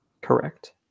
Correct